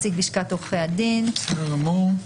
ערב טוב.